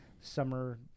summer